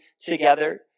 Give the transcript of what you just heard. together